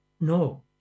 No